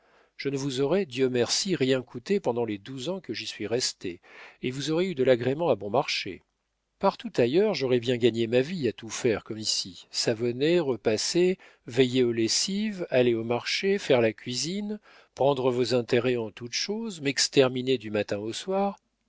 je ne vous aurai dieu merci rien coûté pendant les douze ans que j'y suis restée et vous aurez eu de l'agrément à bon marché partout ailleurs j'aurais bien gagné ma vie à tout faire comme ici savonner repasser veiller aux lessives aller au marché faire la cuisine prendre vos intérêts en toutes choses m'exterminer du matin au soir